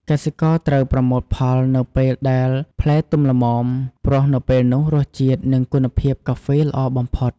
កសិករត្រូវប្រមូលផលនៅពេលដែលផ្លែទុំល្មម ព្រោះនៅពេលនោះរសជាតិ និងគុណភាពកាហ្វេល្អបំផុត។